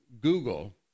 Google